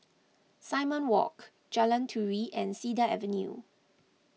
Simon Walk Jalan Turi and Cedar Avenue